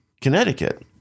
Connecticut